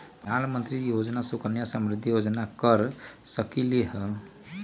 प्रधानमंत्री योजना सुकन्या समृद्धि योजना कर सकलीहल?